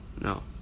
no